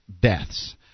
deaths